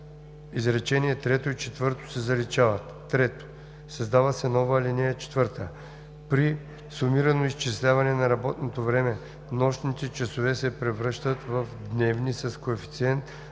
трето и четвърто се заличават. 3. Създава се нова ал. 4: „(4) При сумирано изчисляване на работното време нощните часове се превръщат в дневни с коефициент,